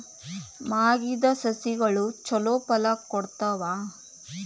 ಮಾಗಿದ್ ಸಸ್ಯಗಳು ಛಲೋ ಫಲ ಕೊಡ್ತಾವಾ?